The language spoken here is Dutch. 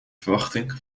verwachting